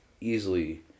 easily